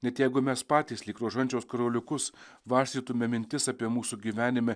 net jeigu mes patys lyg rožančiaus karoliukus varstytume mintis apie mūsų gyvenime